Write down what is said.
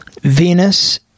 Venus